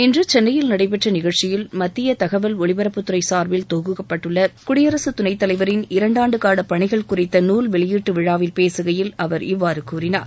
இன்று சென்னையில் நடைபெற்ற நிகழ்ச்சியில் மத்திய தகவல் ஒலிபரப்புத் துறை சார்பில் தொகுக்கப்பட்டுள்ள குடியரசுத் துணைத் தலைவரின் இரண்டாண்டு கால பணிகள் குறித்த நூல் வெளியீட்டு விழாவில் பேசுகையில் அவர் இவ்வாறு கூறினார்